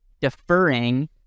deferring